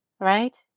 right